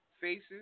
faces